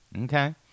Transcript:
Okay